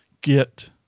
get